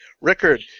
Rickard